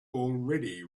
already